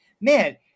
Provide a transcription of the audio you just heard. man